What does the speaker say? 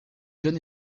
jeune